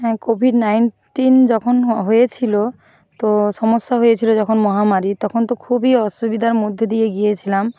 হ্যাঁ COVID nineteen যখন হয়েছিলো তো সমস্যা হয়েছিলো যখন মহামারী তখন তো খুবই অসুবিধার মধ্যে দিয়ে গিয়েছিলাম